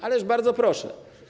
Ależ bardzo proszę.